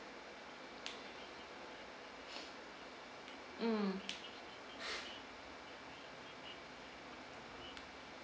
mm